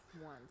one